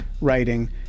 writing